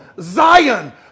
Zion